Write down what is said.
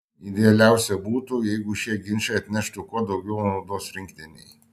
idealiausia būtų jeigu šie ginčai atneštų kuo daugiau naudos rinktinei